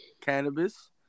cannabis